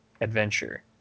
adventure